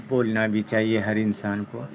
بولنا بھی چاہیے ہر انسان کو